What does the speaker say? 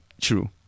True